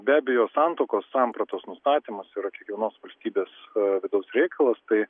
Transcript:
be abejo santuokos sampratos nustatymas yra kiekvienos valstybės vidaus reikalas tai